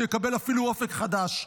שיקבל אפילו אופק חדש.